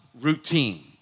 routine